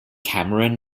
cameron